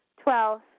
Twelve